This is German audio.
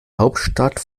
hauptstadt